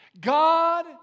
God